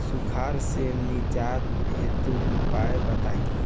सुखार से निजात हेतु उपाय बताई?